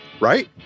right